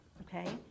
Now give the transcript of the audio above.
okay